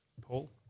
Paul